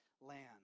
land